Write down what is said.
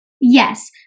yes